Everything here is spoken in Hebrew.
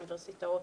אוניברסיטאות,